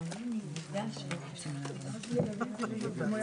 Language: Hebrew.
שמעתי מישהו אומר, נו,